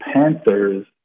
Panthers